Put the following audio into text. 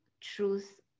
truth